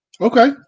Okay